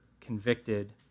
convicted